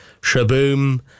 Shaboom